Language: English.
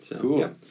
cool